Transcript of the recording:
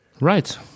Right